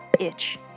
bitch